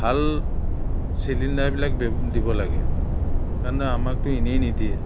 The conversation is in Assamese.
ভাল চিলিণ্ডাৰবিলাক দি দিব লাগে কাৰণতো আমাকতো এনেই নিদিয়ে